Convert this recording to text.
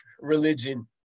religion